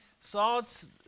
Salt's